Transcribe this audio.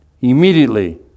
immediately